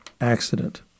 accident